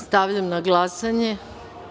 Stavljam na glasanje.